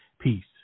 Peace